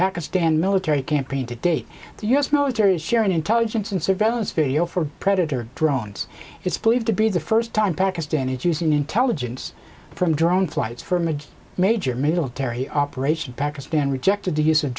pakistan military campaign to date the u s military is sharing intelligence and surveillance video for predator drones it's believed to be the first time pakistan is using intelligence from drone flights from a major military operation pakistan rejected the use of